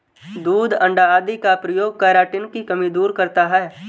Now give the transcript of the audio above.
दूध अण्डा आदि का प्रयोग केराटिन की कमी दूर करता है